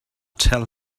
tell